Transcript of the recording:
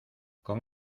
con